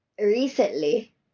Recently